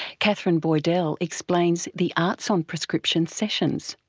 katherine boydell explains the art on prescription sessions.